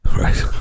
Right